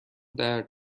درد